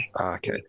Okay